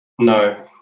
No